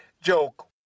joke